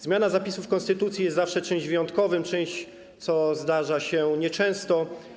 Zmiana zapisów w konstytucji jest zawsze czymś wyjątkowym, czymś, co zdarza się nieczęsto.